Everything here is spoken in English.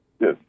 Yes